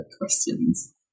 questions